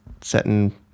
setting